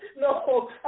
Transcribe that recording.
No